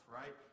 right